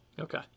Okay